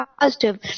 positive